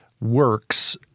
works